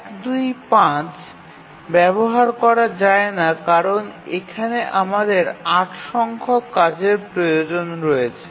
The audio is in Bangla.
১ ২ ৫ ব্যবহার করা যায় না কারণ এখানে আমাদের ৮সংখ্যক কাজের প্রয়োজন রয়েছে